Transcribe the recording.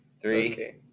Three